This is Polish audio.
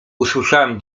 usłyszałam